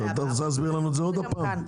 את רוצה להסביר לנו את זה עוד פעם?